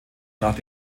nach